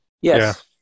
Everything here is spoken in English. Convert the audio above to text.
Yes